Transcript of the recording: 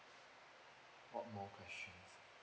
one more question